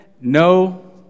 no